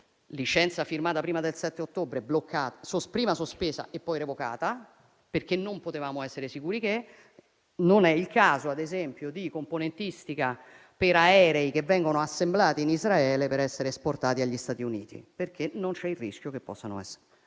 (licenza firmata prima del 7 ottobre, prima sospesa e poi revocata), perché non potevamo essere sicuri. Non è il caso, ad esempio, di componentistica per aerei che vengono assemblati in Israele per essere esportati negli Stati Uniti, perché non c'è il rischio che possano essere